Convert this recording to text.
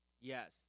yes